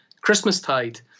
Christmastide